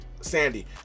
Sandy